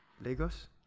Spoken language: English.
Lagos